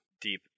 deep